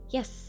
Yes